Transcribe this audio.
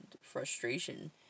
frustration